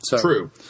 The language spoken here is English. True